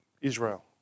Israel